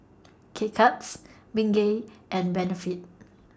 K Cuts Bengay and Benefit